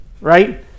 right